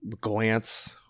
glance